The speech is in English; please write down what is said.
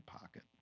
pocket